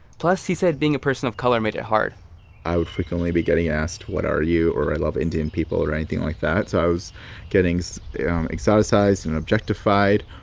plus, he said, being a person of color made it hard i would frequently be getting asked what are you, or i love indian people, or anything like that. so i was getting so um exoticized and objectified,